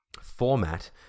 format